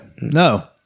No